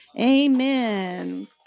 amen